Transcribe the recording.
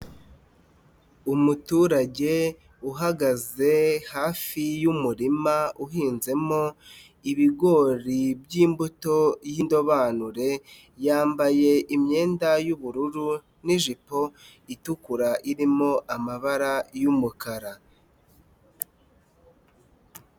Umuturage uhagaze hafi y'umurima uhinzemo ibigori by'imbuto y'indobanure, yambaye imyenda y'ubururu n'ijipo itukura irimo amabara y'umukara.